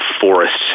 forests